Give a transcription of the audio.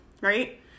right